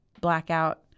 blackout